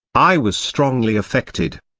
i was strongly affected.